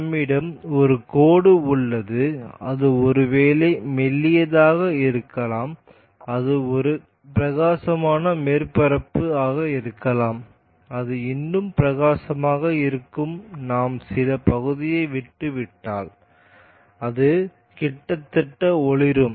நம்மிடம் ஒரு கோடு உள்ளது அது ஒருவேளை மெல்லியதாக இருக்கலாம் அது ஒரு பிரகாசமான மேற்பரப்பு ஆக இருக்கலாம் அது இன்னும் பிரகாசமாக இருக்கும் நாம் சில பகுதியை விட்டு விட்டால் அது கிட்டத்தட்ட ஒளிரும்